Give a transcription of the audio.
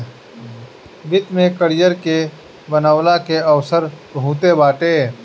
वित्त में करियर के बनवला के अवसर बहुते बाटे